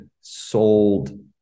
sold